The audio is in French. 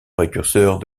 précurseurs